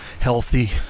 Healthy